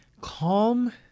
calm